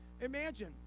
Imagine